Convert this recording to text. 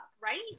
right